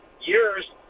years